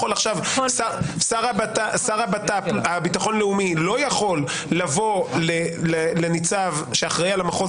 שר לביטחון לאומי לא יכול לבוא לניצב שאחראי על המחוז